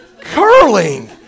Curling